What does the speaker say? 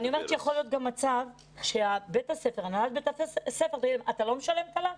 אני אומרת שיכול להיות מצב שהנהלת בית ספר תאמר: אתה לא משלם תל"ן?